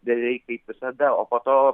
beveik kaip visada o po to